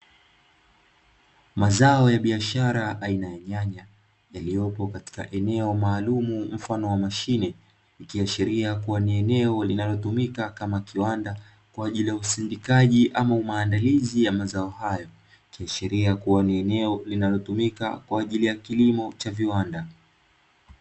Mazao ya biashara aina ya nyanya yaliyopo katika eneo maalum mfano wa mashine, ikiashiria kuwa ni eneo linalotumika kama kiwanda. Kwa ajili ya usindikaji au maandalizi ya mazao hayo, ikiashiria kuwa ni eneo linalotumika kwa ajili ya kilimo cha viwanda.